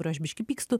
kurio aš biški pykstu